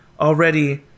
already